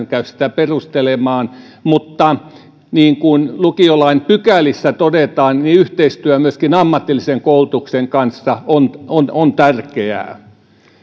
sitä perustelemaan mutta niin kuin lukiolain pykälissä todetaan yhteistyö myöskin ammatillisen koulutuksen kanssa on on tärkeää